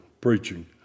preaching